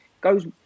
goes